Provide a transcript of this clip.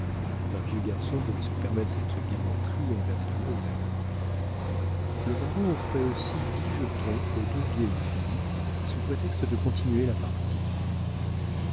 un vieux garçon pouvait se permettre cette galanterie envers des demoiselles le baron offrait aussi dix jetons aux deux vieilles filles sous prétexte de continuer la partie